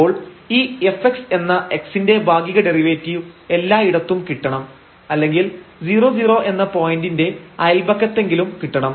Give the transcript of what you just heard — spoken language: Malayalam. അപ്പോൾ ഈ fx എന്ന x ന്റെ ഭാഗിക ഡെറിവേറ്റീവ് എല്ലായിടത്തും കിട്ടണം അല്ലെങ്കിൽ 00 എന്ന പോയിന്റിന്റെ അയല്പക്കത്തെങ്കിലും കിട്ടണം